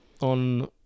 on